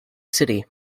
city